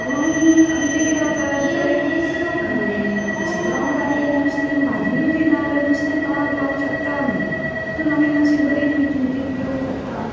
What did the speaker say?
पुणून आमचें कितें जाता तें शिता वांगडा तें नुस्तें भाजी बिजी ना जाल्या नुस्तें तोंडाक लावंक शकता आमी तितून आमी मातशी बरीं मिचमिचीत जेवंक शकता